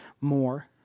more